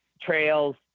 trails